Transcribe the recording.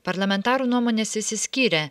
parlamentarų nuomonės išsiskyrė